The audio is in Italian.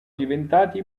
diventati